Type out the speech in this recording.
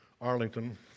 Arlington